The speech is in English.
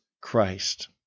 Christ